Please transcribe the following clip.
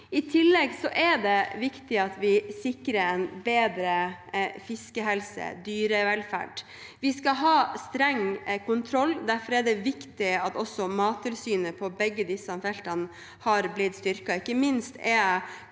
I tillegg er det viktig at vi sikrer en bedre fiskehelse og dyrevelferd. Vi skal ha streng kontroll. Derfor er det viktig at også Mattilsynet har blitt styrket